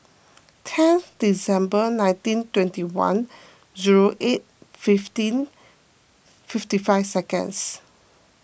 ten December nineteen twenty one zero eight fifteen fifty five seconds